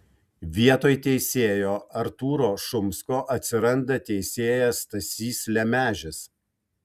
vietoj teisėjo artūro šumsko atsiranda teisėjas stasys lemežis